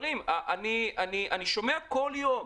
אני שומע בכל יום,